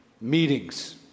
meetings